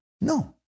No